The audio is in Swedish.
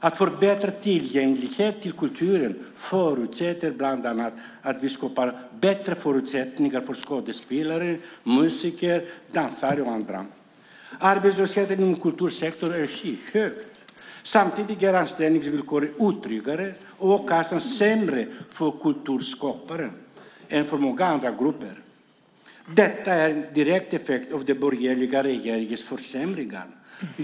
Att förbättra tillgängligheten till kultur förutsätter bland annat att vi skapar bättre förutsättningar för skådespelare, musiker, dansare och andra. Arbetslösheten inom kultursektorn är skyhög. Samtidigt är anställningsvillkoren otryggare och sämre för kulturskapare än för många andra grupper. Detta är en direkt effekt av den borgerliga regeringens försämringar.